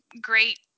great